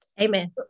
Amen